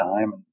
time